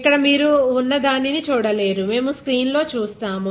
ఇక్కడ మీరు ఉన్న దానిని చూడలేరు మేము స్క్రీన్ లో చూస్తాము